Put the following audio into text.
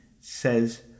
says